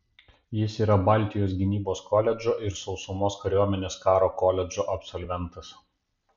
jis yra baltijos gynybos koledžo ir sausumos kariuomenės karo koledžo absolventas